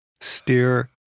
steer